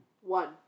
One